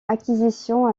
acquisition